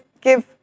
give